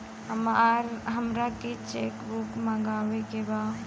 हमारा के cheque book मगावे के बा?